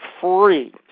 free